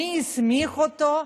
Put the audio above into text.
מי הסמיך אותו?